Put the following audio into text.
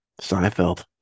Seinfeld